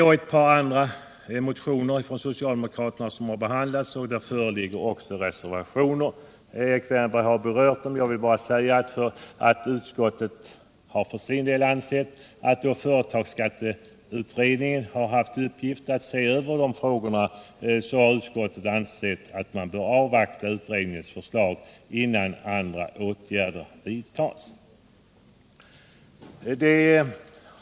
Också ett par andra motioner från socialdemokraterna har behandlats, och det föreligger reservationer, vilka Erik Wärnberg har berört. Eftersom företagsskatteutredningen har haft till uppgift att se över dessa frågor, har utskottet ansett att man bör avvakta utredningens förslag innan andra åtgärder vidtas.